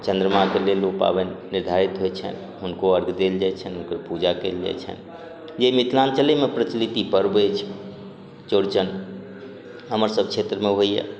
चन्द्रमाके लेल उ पाबैन निर्धारित होइ छनि हुनको अर्घ देल जाइ छनि हुनकर पूजा कयल जाइ छनि जे मिथिलाञ्चलेमे प्रचलित ई पर्व अछि चौरचन हमर सभ क्षेत्रमे होइए